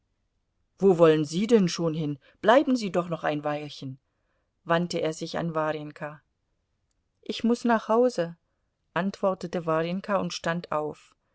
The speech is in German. wo wollen sie denn schon hin bleiben sie doch noch ein weilchen wandte er sich an warjenka ich muß nach hause antwortete warjenka und stand auf